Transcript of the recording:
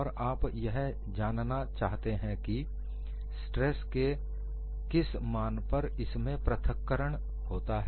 और आप यह जानना चाहते हैं कि स्ट्रेस के किस मान पर इसमें पृथक्करण होता है